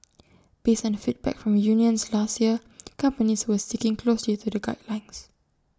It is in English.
based on feedback from unions last year companies were sticking closely to the guidelines